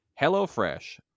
HelloFresh